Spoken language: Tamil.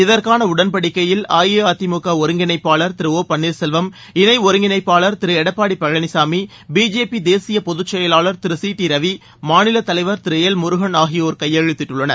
இதற்கான உடன்படிக்கையில் அஇஅதிமுக ஒருங்கிணைப்பாளர் திரு ஒ பன்னீர்செல்வம் இணை ஒருங்கிணைப்பாளர் திரு எடப்பாடி பழனிசாமி பிஜேபி தேசிய பொதுச்செயலாளர் திரு சி டி ரவி மாநிலத் தலைவர் திரு எல் முருகன் ஆகியோர் கையெழுத்திட்டுள்ளனர்